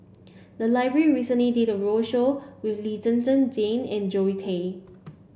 the library recently did a roadshow with Lee Zhen Zhen Jane and Zoe Tay